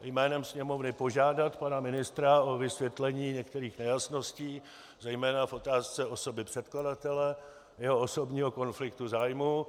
Jménem Sněmovny požádat pana ministra o vysvětlení některých nejasností zejména v otázce osoby předkladatele, jeho osobního konfliktu zájmů.